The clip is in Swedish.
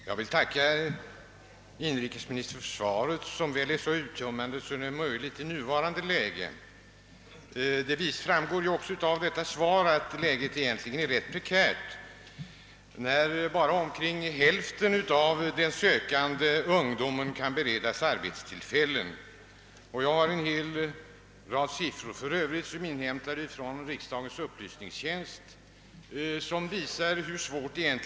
Herr talman! Jag tackar inrikesministern för svaret, som väl är så uttömmande det är möjligt i nuvarande läge. Det framgår av svaret att läget egentligen är rätt prekärt, eftersom bara omkring hälften av den feriearbetssökande ungdomen kan beredas arbetstillfällen. Jag har för övrigt en hel rad siffror, som är inhämtade genom riksdagens upplysningstjänst, vilka visar svårigheterna i olika län.